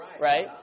right